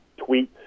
tweets